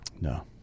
No